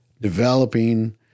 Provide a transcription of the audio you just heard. developing